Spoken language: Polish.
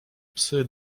psy